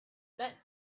meant